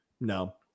no